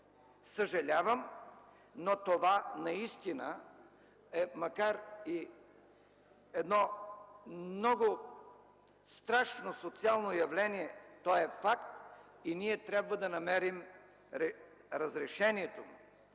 Съжалявам, но това наистина е много страшно социално явление. То е факт и ние трябва да намерим разрешението му.